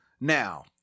now